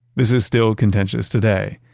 this is still contentious today.